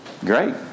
great